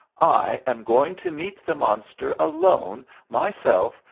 i am going to meet the monster alone myself,